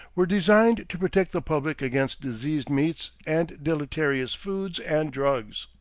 were designed to protect the public against diseased meats and deleterious foods and drugs.